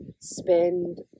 spend